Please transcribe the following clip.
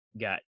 got